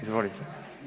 Izvolite.